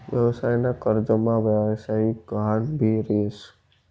व्यवसाय ना कर्जमा व्यवसायिक गहान भी येस